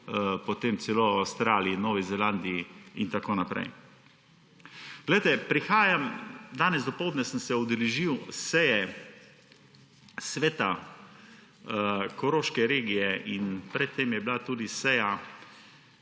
govorimo celo o Avstraliji, Novi Zelandiji in tako naprej. Danes dopoldne sem se udeležil seje Sveta koroške regije in pred tem je bila tudi seja